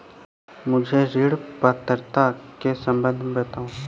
मुझे ऋण पात्रता के सम्बन्ध में बताओ?